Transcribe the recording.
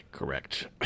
Correct